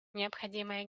необходимая